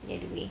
the other way